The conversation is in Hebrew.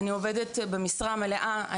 אני עובדת במשרה מלאה,